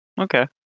Okay